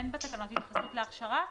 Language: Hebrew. אין בתקנות התייחסות להכשרה.